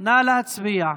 נא להצביע.